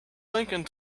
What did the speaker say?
thinking